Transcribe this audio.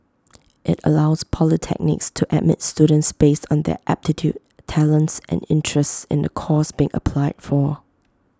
IT allows polytechnics to admit students based on their aptitude talents and interests in the course being applied for